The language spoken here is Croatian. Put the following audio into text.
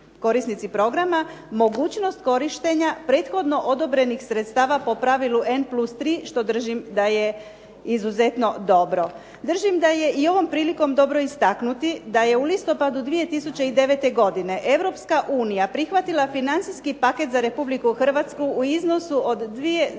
korisnici programa mogućnost korištenja prethodno odobrenih sredstava po pravilu N plus 3 što držim da je izuzetno dobro. Držim da je i ovom prilikom dobro istaknuti da je u listopadu 2009. godine Europska unija prihvatila financijski paket za Republiku Hrvatsku u iznosu od 2,2